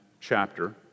chapter